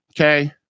Okay